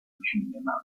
cinema